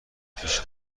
پیش